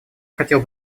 хотел